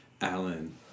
alan